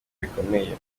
bikomeye